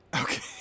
Okay